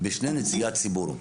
בשני נציגי הציבור.